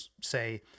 say